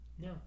No